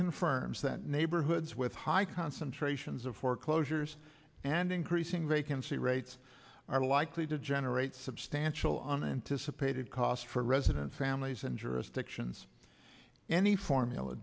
confirms that neighborhoods with high concentrations of foreclosures and increasing vacancy rates are likely to generate substantial an anticipated cost for residents families and jurisdictions any formula